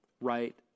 right